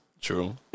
True